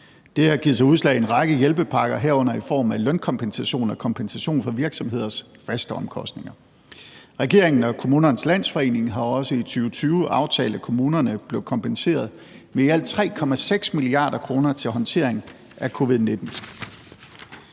Det har givet sig udslag i en række hjælpepakker, herunder i form af lønkompensation og kompensation for virksomheders faste omkostninger. Regeringen og Kommunernes Landsforening har også i 2020 aftalt, at kommunerne bliver kompenseret med i alt 3,6 mia. kr. til håndtering af covid-19.